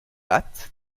hâtent